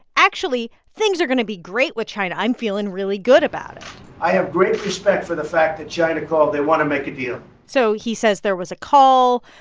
actually things are going to be great with china i'm feeling really good about it i have great respect for the fact that china called. they want to make a deal so he says there was a call.